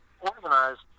organized